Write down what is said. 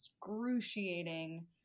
excruciating